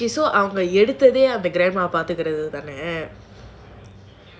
okay so அவங்க எடுத்ததே அந்த:avanga eduthathae antha grandma வே பார்த்துக்குறதுக்கு தானே:paathukurathuku thaanae